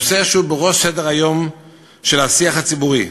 נושא שהוא בראש סדר-היום של השיח הציבורי,